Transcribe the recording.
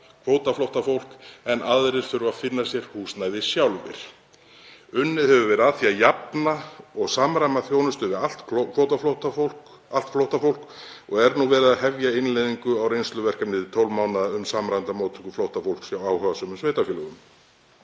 kvótaflóttafólk en aðrir þurfa að finna sér húsnæði sjálfir. Unnið hefur verið að því að jafna og samræma þjónustuna við allt flóttafólk og er nú verið að hefja innleiðingu á reynsluverkefni til 12 mánaða um samræmda móttöku flóttafólks hjá áhugasömum sveitarfélögum.“